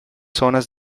zonas